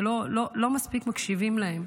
שלא מספיק מקשיבים להן.